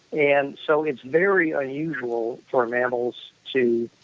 and so it's very unusual for mammals to,